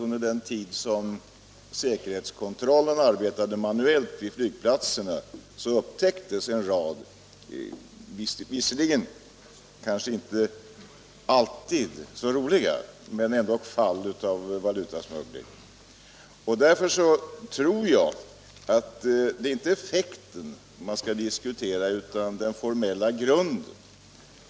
Under den tid som säkerhetskontrollen arbetade manuellt vid flygplatserna upptäcktes en rad fall av valutasmuggling, som kanske inte alltid var så roliga. Därför tror jag att det inte är effekten man skall diskutera utan den formella grunden.